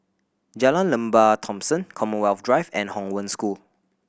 Jalan Lembah Thomson Commonwealth Drive and Hong Wen School